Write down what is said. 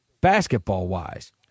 basketball-wise